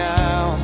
now